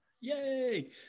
yay